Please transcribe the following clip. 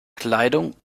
kleidung